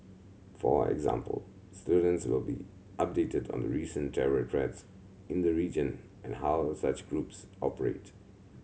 for example students will be updated on the recent terror threats in the region and how such groups operate